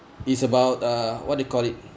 it's about uh what to call it